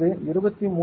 இது 23